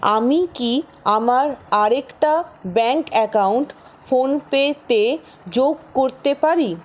আমি কি আমার আরেকটা ব্যাঙ্ক অ্যাকাউন্ট ফোনপে তে যোগ করতে পারি